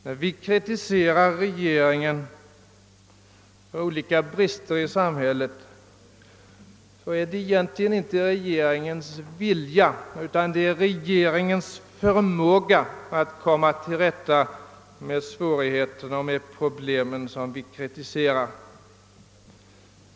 När vi kritiserar regeringen för olika brister i samhället är det egentligen inte regeringens vilja utan dess förmåga att komma till rätta med svårigheterna och problemen som vi kritiserar.